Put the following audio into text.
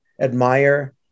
admire